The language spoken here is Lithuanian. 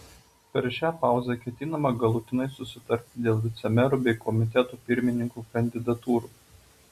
per šią pauzę ketinama galutinai susitarti dėl vicemerų bei komitetų pirmininkų kandidatūrų